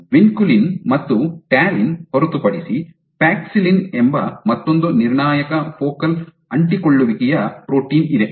vinculin ಮತ್ತು talin ಹೊರತುಪಡಿಸಿ paxillin ಎಂಬ ಮತ್ತೊಂದು ನಿರ್ಣಾಯಕ ಫೋಕಲ್ ಅಂಟಿಕೊಳ್ಳುವಿಕೆಯ ಪ್ರೋಟೀನ್ ಇದೆ